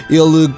ele